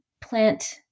plant